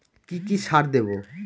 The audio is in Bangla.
কি কি সার দেবো?